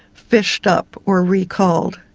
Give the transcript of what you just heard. fished up or recalled.